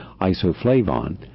isoflavon